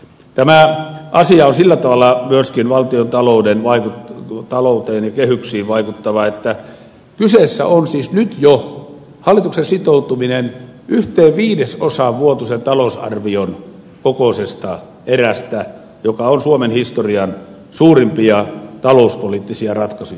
tämä asia vaikuttaa sillä tavalla myöskin valtiontalouteen ja kehyksiin että kyseessä on siis nyt jo hallituksen sitoutuminen yhden viidesosan kokoiseen erään vuotuisesta talousarviosta mikä on suomen historian suurimpia talouspoliittisia ratkaisuja